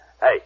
Hey